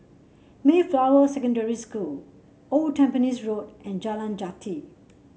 Mayflower Secondary School Old Tampines Road and Jalan Jati